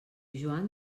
joan